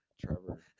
Trevor